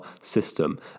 system